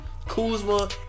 Kuzma